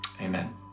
Amen